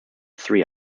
three